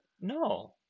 No